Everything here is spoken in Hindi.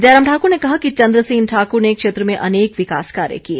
जयराम ठाकुर ने कहा कि चन्द्रसेन ठाक्र ने क्षेत्र में अनेक विकास कार्य किए